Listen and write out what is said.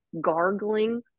gargling